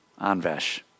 Anvesh